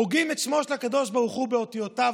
הוגים את שמו של הקדוש ברוך הוא באותיותיו,